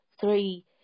three